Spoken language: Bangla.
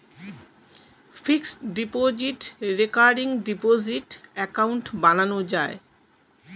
fixed deposit, recurring deposit account বানানো যায়